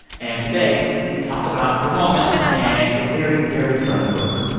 and today, we talk about her moment and her very, very buzzy book.